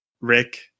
Rick